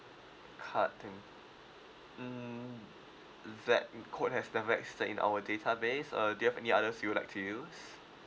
cut twen~ mm that code has never existed in our database uh do you have any others you would like to use